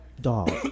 dog